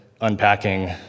unpacking